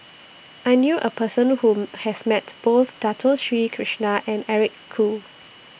I knew A Person Who has Met Both Dato Sri Krishna and Eric Khoo